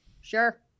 sure